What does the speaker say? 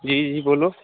जी जी बोलो